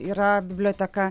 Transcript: yra biblioteka